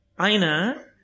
Aina